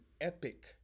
epic